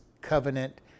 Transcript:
covenant